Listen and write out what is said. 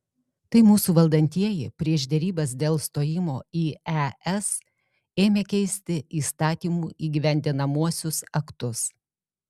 tai mūsų valdantieji prieš derybas dėl stojimo į es ėmė keisti įstatymų įgyvendinamuosius aktus